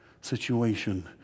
situation